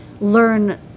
learn